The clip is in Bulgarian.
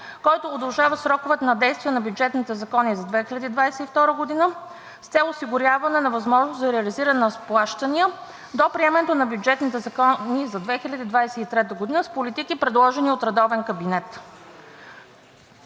който удължава сроковете на действие на бюджетните закони за 2022 г., с цел осигуряване на възможност за реализиране на плащания до приемането на бюджетните закони за 2023 г. с политики, предложени от редовен кабинет.